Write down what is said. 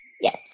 Yes